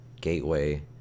Gateway